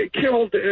Killed